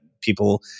people